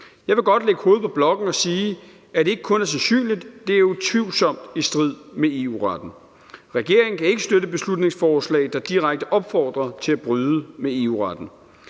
Jeg vil godt lægge hovedet på blokken og sige, at det ikke kun er sandsynligt, men at det utvivlsomt er i strid med EU-retten. Regeringen kan ikke støtte beslutningsforslag, der direkte opfordrer til at bryde med EU-retten.